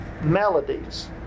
melodies